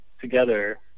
together